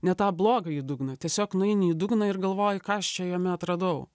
ne tą blogąjį dugną tiesiog nueini į dugną ir galvoji ką aš čia jame atradau